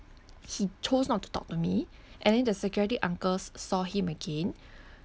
he chose not to talk to me and then the security uncle s~ saw him again